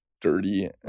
dirty